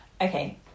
Okay